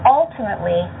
ultimately